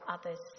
others